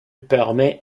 permet